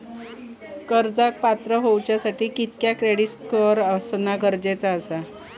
कर्जाक पात्र होवच्यासाठी कितक्या क्रेडिट स्कोअर असणा गरजेचा आसा?